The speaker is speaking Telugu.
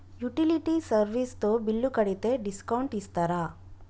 యుటిలిటీ సర్వీస్ తో బిల్లు కడితే డిస్కౌంట్ ఇస్తరా?